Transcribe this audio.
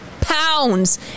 pounds